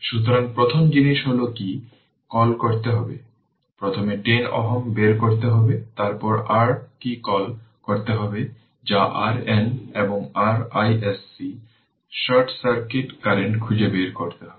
সুতরাং প্রথম জিনিস হল কি কল করতে হবে প্রথমে 10 Ω বের করতে হবে তারপর r কি কল করতে হবে যা r RN এবং r iSC short circuit current খুঁজে বের করতে হবে